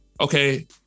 Okay